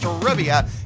Trivia